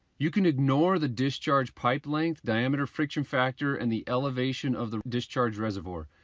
you can ignore the discharge pipe length, diameter, friction factor and the elevation of the discharge reservoir.